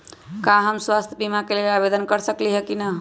का हम स्वास्थ्य बीमा के लेल आवेदन कर सकली ह की न?